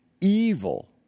evil